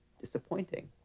disappointing